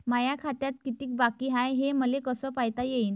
माया खात्यात कितीक बाकी हाय, हे मले कस पायता येईन?